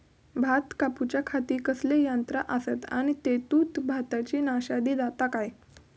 भात कापूच्या खाती कसले यांत्रा आसत आणि तेतुत भाताची नाशादी जाता काय?